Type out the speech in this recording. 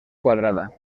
quadrada